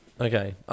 Okay